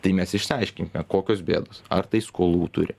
tai mes išsiaiškinkime kokios bėdos ar tai skolų turi